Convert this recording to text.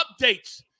updates